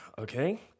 okay